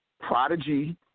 Prodigy